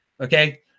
Okay